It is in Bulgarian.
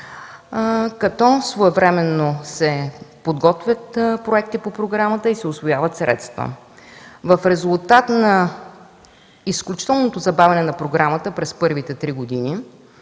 като своевременно се подготвят проекти по програмата и се усвояват средства. В резултат на изключителното забавяне на програмата през първите три години,